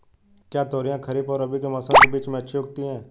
क्या तोरियां खरीफ और रबी के मौसम के बीच में अच्छी उगती हैं?